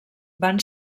van